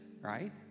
right